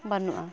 ᱵᱟᱹᱱᱩᱜᱼᱟ